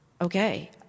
okay